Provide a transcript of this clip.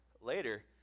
later